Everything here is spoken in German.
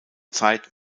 zeit